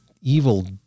evil